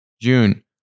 June